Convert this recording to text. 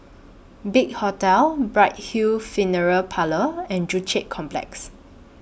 Big Hotel Bright Hill Funeral Parlour and Joo Chiat Complex